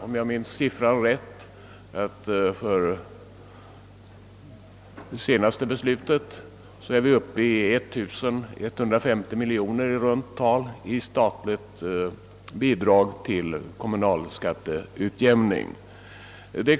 Om jag minns beloppet från det senaste beslutet rätt, så är vi nu i runt tal uppe i 1150 miljoner kronor i statligt bidrag till kommunal skatteutjämning.